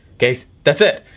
okay, that's it.